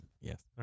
Yes